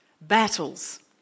battles